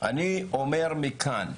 אני אומר מכאן,